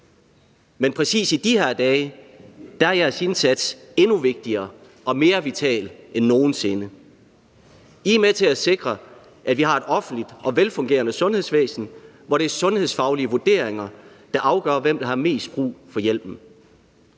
Man præcis i de her dage er jeres indsats endnu vigtigere og mere vital end nogen sinde. I er med til at sikre, at vi har et offentligt og velfungerende sundhedsvæsen, hvor det er sundhedsfaglige vurderinger, der afgør, hvem der har mest brug for hjælpen.